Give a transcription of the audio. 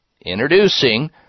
Introducing